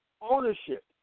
ownership